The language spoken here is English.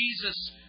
Jesus